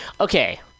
Okay